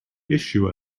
issue